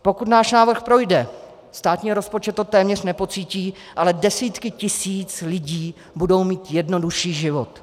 Pokud náš návrh projde, státní rozpočet to téměř nepocítí, ale desítky tisíc lidí budou mít jednodušší život.